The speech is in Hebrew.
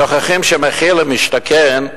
שוכחים שמחיר למשתכן,